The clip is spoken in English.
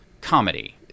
comedy